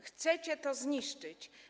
Chcecie to zniszczyć.